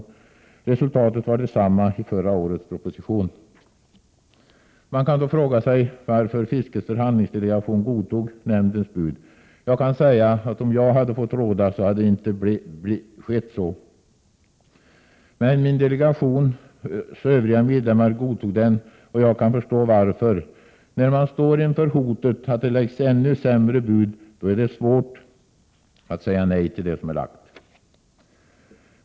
137 19 maj 1988 Man kan då fråga sig varför fiskets förhandlingsdelegation godtog Kyelering av pruteraa Jag kan säga, att om jag fått råda så hade det inte skett. Men min RUS Onng delegations övriga medlemmar godtog den, och jag kan förstå varför. När man står inför hotet att det läggs ett ännu sämre bud är det svårt att säga nej till det redan lagda.